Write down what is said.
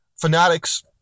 fanatics